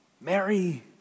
Mary